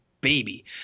baby